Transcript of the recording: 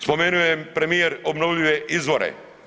Spomenuo je premijer obnovljive izvore.